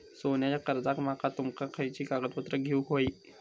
सोन्याच्या कर्जाक माका तुमका खयली कागदपत्रा देऊक व्हयी?